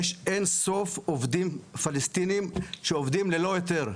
יש אין-סוף עובדים פלסטינים שעובדים ללא היתר.